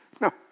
no